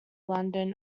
london